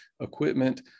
equipment